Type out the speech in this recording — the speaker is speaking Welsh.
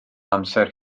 amser